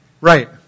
Right